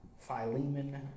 Philemon